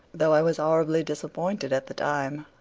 though i was horribly disappointed at the time.